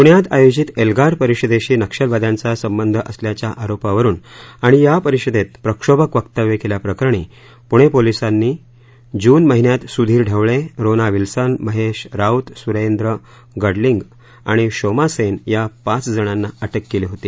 प्ण्यात आयोजित एल्गार परिषदेशी नक्षलवाद्यांचा संबंध असल्याच्या आरोपावरून आणि या परिषदेत प्रक्षोभक वक्तव्य केल्याप्रकरणी पुणे पोलिसांनी जून महिन्यात सुधीर ढवळे रोना विल्सन महेश राऊत सुरेंद्र गडलिंग आणि शोमा सेन या पाच जणांना अटक केली होती